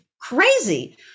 crazy